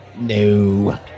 No